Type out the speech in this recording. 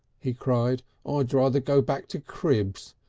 he cried, i'd rather go back to cribs.